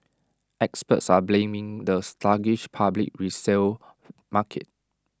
experts are blaming the sluggish public resale market